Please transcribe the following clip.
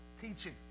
teaching